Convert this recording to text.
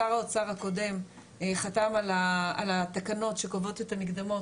שר האוצר הקודם חתם על התקנות שקובעות את המקדמות